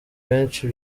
benshi